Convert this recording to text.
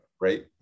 right